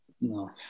no